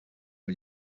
iki